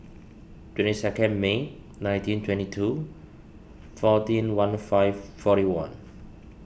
twenty second May nineteen twenty two fourteen one five forty one